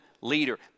leader